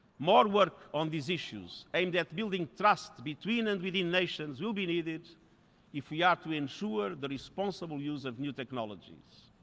more work on these issues, aimed at building trust between and within nations, will be needed if we are to ensure responsible use of new technologies.